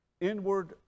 inward